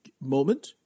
moment